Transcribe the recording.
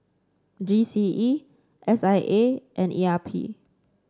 G C E S I A and E R P